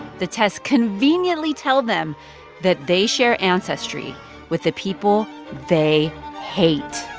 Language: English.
the tests conveniently tell them that they share ancestry with the people they hate